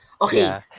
Okay